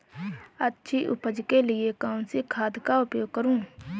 अच्छी उपज के लिए कौनसी खाद का उपयोग करूं?